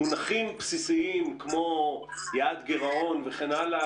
מונחים בסיסיים כמו יעד גירעון וכן הלאה